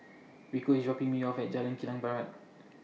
Rico IS dropping Me off At Jalan Kilang Barat